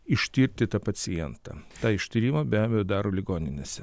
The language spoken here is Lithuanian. ištirti tą pacientą tą ištyrimą be abejo daro ligoninėse